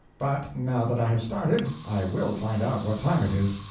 but now that i have started, i will find out what time it is.